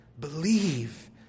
believe